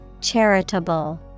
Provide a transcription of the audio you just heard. Charitable